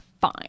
fine